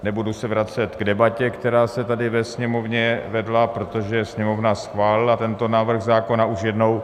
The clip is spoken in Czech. Nebudu se vracet k debatě, která se tady ve Sněmovně vedla, protože Sněmovna schválila tento návrh zákona už jednou.